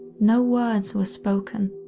no words were spoken,